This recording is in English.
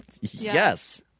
Yes